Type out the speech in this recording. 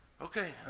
Okay